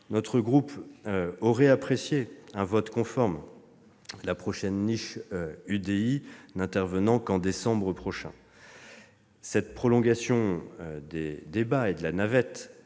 Notre groupe aurait apprécié un vote conforme, la prochaine niche UDI n'intervenant qu'en décembre prochain. Cette prolongation de la navette